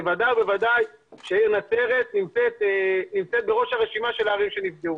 בוודאי ובוודאי שהעיר נצרת נמצאת בראש הרשימה של הערים שנפגעו.